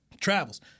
travels